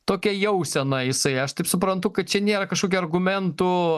tokią jauseną jisai aš taip suprantu kad čia nėra kažkokia argumentų